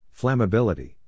Flammability